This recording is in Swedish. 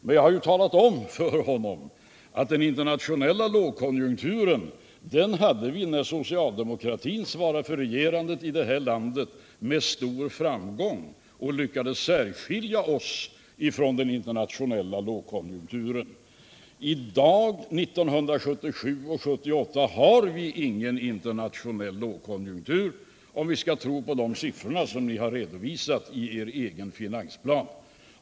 Men jag harju talat om för honom att den internationella lågkonjunkturen hade vi när socialdemokratin med stor framgång svarade för regerandet här i landet och då lyckades särskilja oss från den internationella lågkonjunkturen. Under 1977 och 1978 har vi inte haft någon internationell lågkonjunktur, om vi skall tro på de siffror som ni redovisar i er egen finansplan.